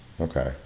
okay